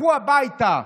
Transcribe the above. לכו הביתה.